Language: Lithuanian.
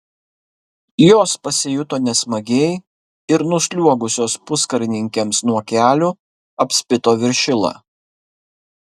jos pasijuto nesmagiai ir nusliuogusios puskarininkiams nuo kelių apspito viršilą